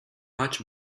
much